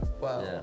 Wow